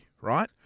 right